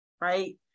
right